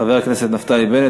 חבר הכנסת נפתלי בנט.